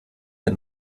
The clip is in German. der